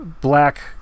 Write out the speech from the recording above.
black